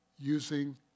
using